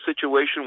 situation